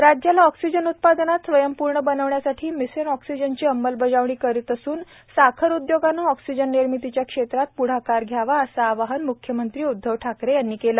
mission oxygen राज्याला oxygen उत्पादनात स्वयंपूर्ण बनविण्यासाठी मिशन ऑक्सिजनची अंमलबजावणी करीत असून साखर उदयोगाने ऑक्सिजन निर्मितीच्या क्षेत्रांत पद्वाकार घ्यावा असे आवाहन मुख्यमंत्री उध्दव ठाकरे यांनी केले